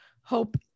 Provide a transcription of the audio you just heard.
Hope